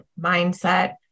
mindset